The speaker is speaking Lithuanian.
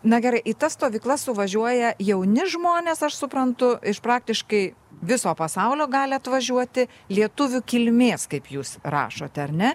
na gerai į tas stovyklas suvažiuoja jauni žmonės aš suprantu iš praktiškai viso pasaulio gali atvažiuoti lietuvių kilmės kaip jūs rašote ar ne